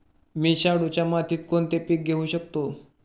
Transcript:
मी शाडूच्या मातीत कोणते पीक घेवू शकतो?